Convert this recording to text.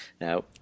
Now